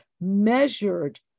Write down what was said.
measured